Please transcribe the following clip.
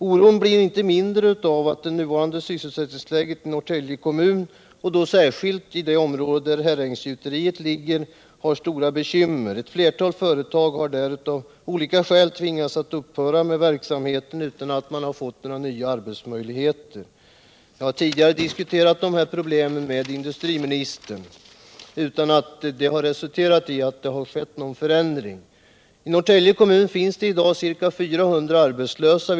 Oron blir inte mindre av att sysselsättningsläget i Norrtälje kommun — och särskilt i det område där Herrängsgjuteriet ligger — vållar stora bekymmer. Ett flertal företag har där av olika skäl tvingats upphöra med verksamheten utan att man har fått några nya arbetsmöjligheter. Jag har tidigare diskuterat dessa problem med industriministern utan att det har resulterat i någon förändring. I Norrtälje kommun finns i dag ca 400 arbetslösa.